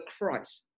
Christ